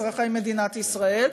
אזרחי מדינת ישראל.